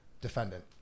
defendant